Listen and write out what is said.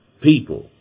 people